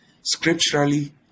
scripturally